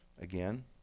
Again